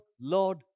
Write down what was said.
Lord